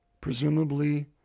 presumably